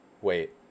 Wait